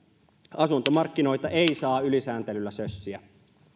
asuntomarkkinoita ei saa ylisääntelyllä sössiä